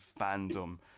fandom